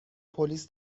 پلیس